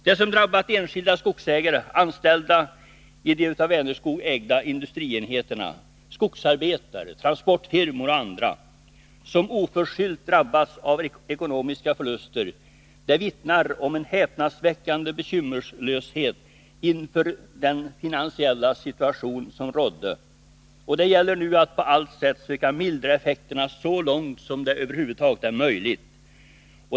Det som drabbat enskilda skogsägare, anställda i de av Vänerskog ägda industrienheterna, skogsarbetare, transportfirmor och andra som oförskyllt drabbats av ekonomiska förluster vittnar om en häpnadsväckande bekymmerslöshet inför den finansiella situation som rådde, och det gäller nu att på allt sätt söka mildra effekterna så långt som det över huvud taget är möjligt.